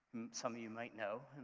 some of you might know,